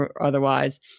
otherwise